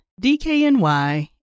DKNY